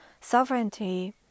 sovereignty